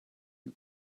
you